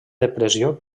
depressió